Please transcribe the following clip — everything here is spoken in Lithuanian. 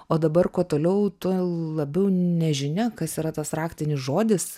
o dabar kuo toliau tuo labiau nežinia kas yra tas raktinis žodis